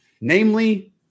namely